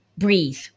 breathe